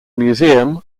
museum